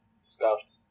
scuffed